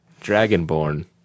Dragonborn